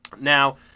Now